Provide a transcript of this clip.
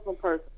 person